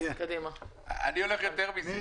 אני הולך יותר מזה.